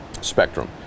spectrum